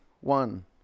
One